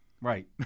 Right